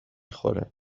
خوره